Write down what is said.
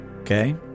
Okay